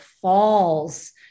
falls